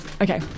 okay